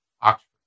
Oxford